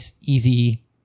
easy